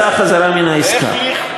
איך ליכט,